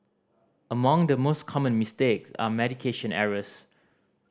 among the most common mistakes are medication errors